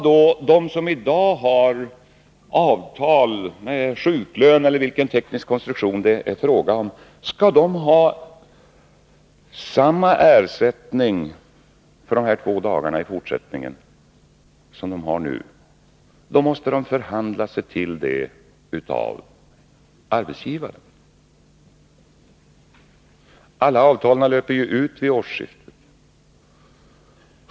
Om de som i dag har avtal med sjuklön eller vilken teknisk konstruktion det nu är fråga om i fortsättningen skall ha samma ersättning för dessa två dagar som de nu har, måste de förhandla sig till detta av arbetsgivaren — alla avtal löper ju ut vid årsskiftet.